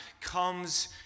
comes